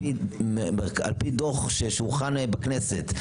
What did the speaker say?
על פי דוח שעל שולחן הכנסת,